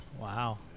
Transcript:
Wow